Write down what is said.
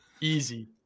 Easy